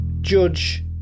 judge